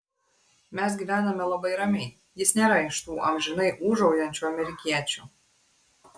mes gyvename labai ramiai jis nėra iš tų amžinai ūžaujančių amerikiečių